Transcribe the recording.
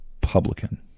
publican